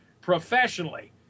professionally